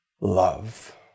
love